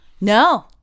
No